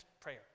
prayer